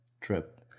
Trip